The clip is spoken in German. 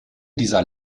dieser